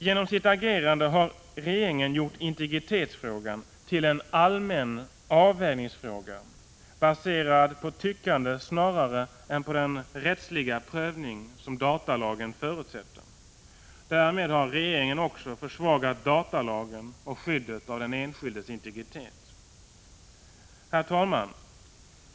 Genom sitt agerande har regeringen gjort integritetsfrågan till en allmän avvägningsfråga, baserad på tyckande snarare än på den rättsliga prövning som datalagen förutsätter. Därmed har regeringen också försvagat datalagen och skyddet av den enskildes integritet. Herr talman!